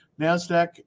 NASDAQ